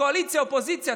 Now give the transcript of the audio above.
קואליציה אופוזיציה.